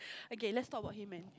okay let's talk about a human